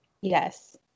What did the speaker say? Yes